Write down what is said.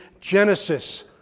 Genesis